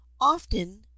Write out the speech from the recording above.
often